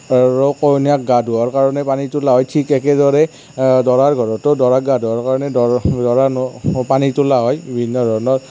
কইনাক গা ধোৱাবৰ কাৰণে পানী তোলা হয় ঠিক একেদৰে দৰাৰ ঘৰতো দৰাক গা ধোৱাবৰ কাৰণে পানী তোলা হয় বিভিন্ন ধৰণৰ